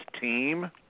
team